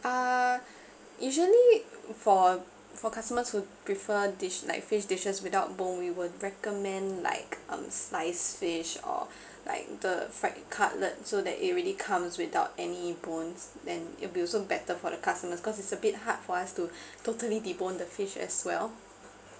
uh usually for for customers who prefer dish like fish dishes without bone we will recommend like um sliced fish or like the fried cutlet so that it really comes without any bones then it'll be also better for the customers cause it's a bit hard for us to totally debone the fish as well